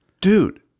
dude